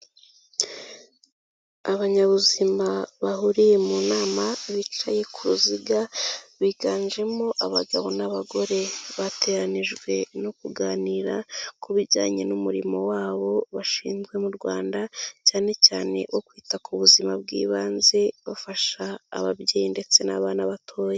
Abanyabuzima bahuriye mu nama, bicaye ku ruziga, biganjemo abagabo n'abagore, bateranijwe no kuganira ku bijyanye n'umurimo wabo bashinzwe mu Rwanda, cyane cyane uwo kwita ku buzima bw'ibanze, bafasha ababyeyi ndetse n'abana batoya.